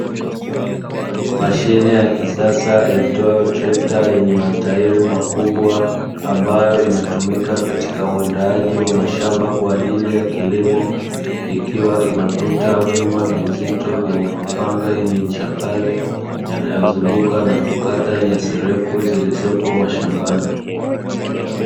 Mashine ya kisasa iitwayo trekta yenye matahiri makubwa ambayo inatumika katika uandaaji wa mashamba kwa ajili ya kilimo, ikiwa inavuta vyuma vizito vyenye mapanga yenye ncha kali yanayozunguka na kukata nyasi ndefu zilizopo mashambani.